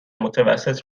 متوسط